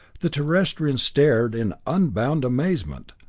the terrestrians stared in unbounded amazement.